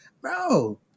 bro